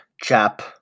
chap